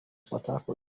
pateko